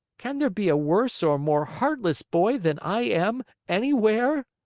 can there be a worse or more heartless boy than i am anywhere?